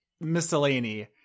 miscellany